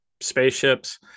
spaceships